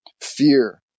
fear